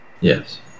Yes